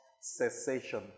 cessation